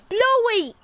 Blowy